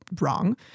wrong